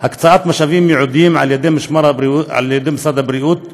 הקצאת משאבים ייעודיים על ידי משרד הבריאות,